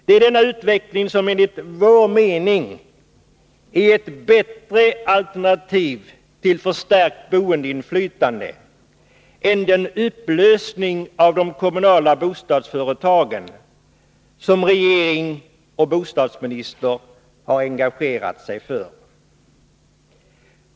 Det är denna utveckling som enligt vår mening är ett bättre alternativ för att få ett förstärkt boendeinflytande än den upplösning av de kommunala bostadsföretagen som regeringen och bostadsministern har engagerat sig för.